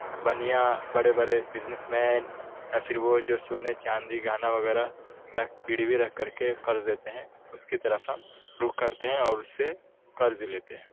بنیا برے برے بزنس مین یا پھر وہ جو سونے چاندی گہنا وغیرہ گروی رکھ کر کے قرض دیتے ہیں اس کی طرف ہم رخ کرتے ہیں اور اس سے قرض لیتے ہیں